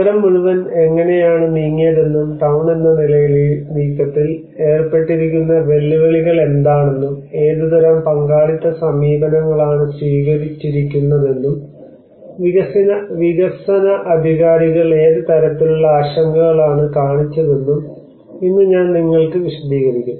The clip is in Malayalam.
നഗരം മുഴുവൻ എങ്ങനെയാണ് നീങ്ങിയതെന്നും ടൌൺ എന്ന നിലയിൽ ഈ നീക്കത്തിൽ ഏർപ്പെട്ടിരിക്കുന്ന വെല്ലുവിളികൾ എന്താണെന്നും ഏതുതരം പങ്കാളിത്ത സമീപനങ്ങളാണ് സ്വീകരിച്ചിരിക്കുന്നതെന്നും വികസന അധികാരികൾ ഏത് തരത്തിലുള്ള ആശങ്കകളാണ് കാണിച്ചതെന്നും ഇന്ന് ഞാൻ നിങ്ങൾക്ക് വിശദീകരിക്കും